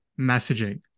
messaging